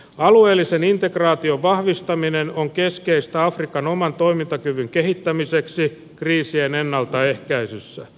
alueellisen integraation vahvistaminen on keskeistä afrikan oman toimintakyvyn kehittämiseksi kriisien ennaltaehkäisyssä